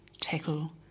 tackle